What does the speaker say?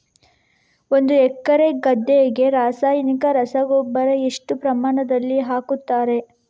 ಒಂದು ಎಕರೆ ಗದ್ದೆಗೆ ರಾಸಾಯನಿಕ ರಸಗೊಬ್ಬರ ಎಷ್ಟು ಪ್ರಮಾಣದಲ್ಲಿ ಹಾಕುತ್ತಾರೆ?